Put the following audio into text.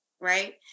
right